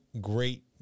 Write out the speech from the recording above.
great